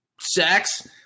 sex